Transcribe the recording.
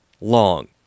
long